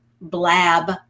Blab